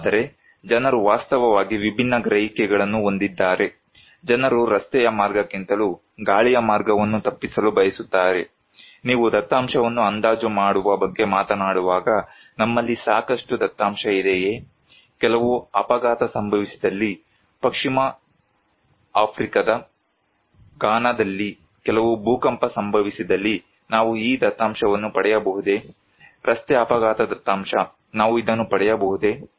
ಆದರೆ ಜನರು ವಾಸ್ತವವಾಗಿ ವಿಭಿನ್ನ ಗ್ರಹಿಕೆಗಳನ್ನು ಹೊಂದಿದ್ದಾರೆ ಜನರು ರಸ್ತೆಯ ಮಾರ್ಗಕ್ಕಿಂತಲೂ ಗಾಳಿಯ ಮಾರ್ಗವನ್ನು ತಪ್ಪಿಸಲು ಬಯಸುತ್ತಾರೆ ನೀವು ದತ್ತಾಂಶವನ್ನು ಅಂದಾಜು ಮಾಡುವ ಬಗ್ಗೆ ಮಾತನಾಡುವಾಗ ನಮ್ಮಲ್ಲಿ ಸಾಕಷ್ಟು ದತ್ತಾಂಶ ಇದೆಯೇ ಕೆಲವು ಅಪಘಾತ ಸಂಭವಿಸಿದಲ್ಲಿ ಪಶ್ಚಿಮ ಆಫ್ರಿಕಾದ ಘಾನಾದಲ್ಲಿ ಕೆಲವು ಭೂಕಂಪ ಸಂಭವಿಸಿದಲ್ಲಿ ನಾವು ಈ ದತ್ತಾಂಶವನ್ನು ಪಡೆಯಬಹುದೇ ರಸ್ತೆ ಅಪಘಾತ ದತ್ತಾಂಶ ನಾವು ಇದನ್ನು ಪಡೆಯಬಹುದೇ